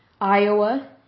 Iowa